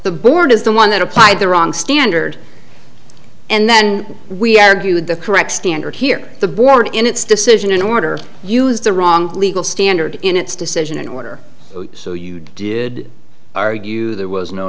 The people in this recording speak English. the board is the one that applied the wrong standard and then we argued the correct standard here the board in its decision in order used the wrong legal standard in its decision in order so you did argue there was no